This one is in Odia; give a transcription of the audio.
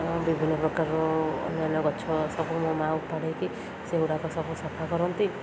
ବିଭିନ୍ନ ପ୍ରକାର ଅନ୍ୟାନ୍ୟ ଗଛ ସବୁ ମୋ ମାଆ ଉପାଡ଼େଇକି ସେଗୁଡ଼ାକ ସବୁ ସଫା କରନ୍ତି